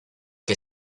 que